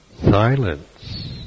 silence